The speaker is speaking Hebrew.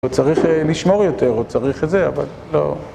הוא צריך לשמור יותר, הוא צריך זה, אבל לא.